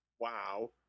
wow